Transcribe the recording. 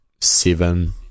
seven